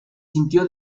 sintió